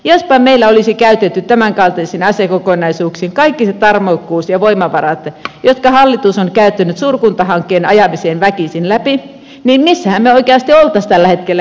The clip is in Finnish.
jos meillä olisi käytetty tämän kaltaisiin asiakokonaisuuksiin kaikki se tarmokkuus ja voimavarat jotka hallitus on käyttänyt suurkuntahankkeen ajamiseen väkisin läpi niin missähän me oikeasti olisimme tällä hetkellä jo menossa